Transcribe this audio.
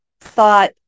thought